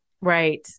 Right